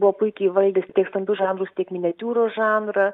buvo puikiai įvaldęs tiek stambius žanrus tiek miniatiūrų žanrą